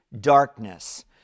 darkness